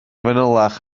fanylach